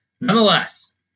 Nonetheless